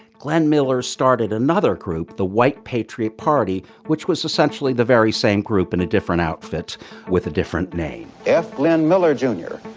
glenn miller started another group the white patriot party, which was essentially the very same group in a different outfit with a different name f. glenn miller jr,